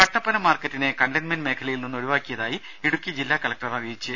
കട്ടപ്പന മാർക്കറ്റിനെ കണ്ടെയ്ൻമെന്റ് മേഖലയിൽ നിന്ന് ഒഴിവാക്കിയതായി ഇടുക്കി ജില്ലാ കലക്ടർ അറിയിച്ചു